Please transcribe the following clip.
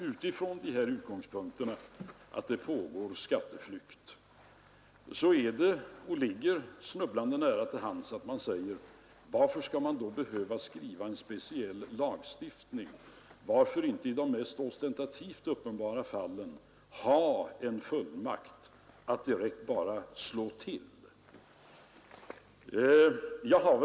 Utifrån utgångspunkterna att det pågår en skatteflykt ligger det snubblande nära till hands att undra, varför man skall behöva skriva en speciell lagstiftning. Varför inte i stället i de mest ostentativt uppenbara fallen bara ha en fullmakt att direkt slå till?